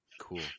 Cool